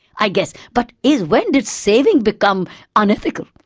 i guess, but is. when did saving become unethical?